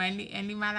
אין לי מה להגיד.